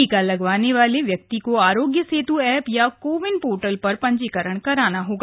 टीका लगाने वाले व्यक्ति को आरोग्य सेत् एप या कोविन पोर्टल पर पंजीकरण कराना होगा